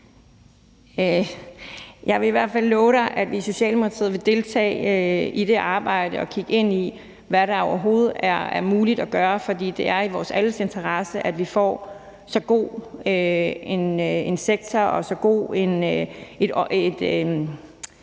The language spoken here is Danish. Jeg vil i hvert fald love dig, at vi i Socialdemokratiet vil deltage i det arbejde og kigge ind i, hvad der overhovedet er muligt at gøre, for det er i vor alle sammens interesse, at vi får så god en sektor og så